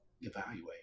evaluate